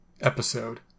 episode